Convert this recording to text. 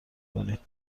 کنید